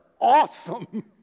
awesome